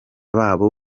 babo